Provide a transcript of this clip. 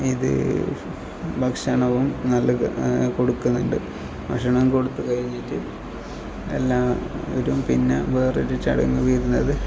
ഇത് ഫ ഭക്ഷണവും നൽകും കൊടുക്കുന്നുണ്ട് ഭക്ഷണം കൊടുത്ത് കഴിഞ്ഞിട്ട് എല്ലാവരും പിന്നെ വേറൊരു ചടങ്ങ് വരുന്നത്